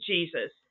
Jesus